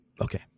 Okay